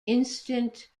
instant